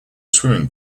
swimming